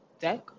deck